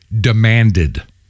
demanded